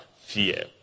fear